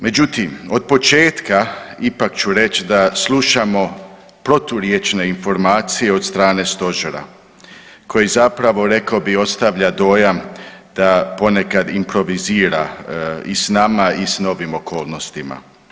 Međutim, od početka, ipak ću reći da slušamo proturječne informacije od strane Stožera koji zapravo, rekao bih, ostavlja dojam da ponekad improvizira i s nama i s novim okolnostima.